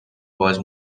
باز